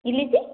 ଇଲିଶି